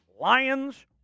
Lions